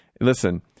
listen